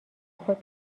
خود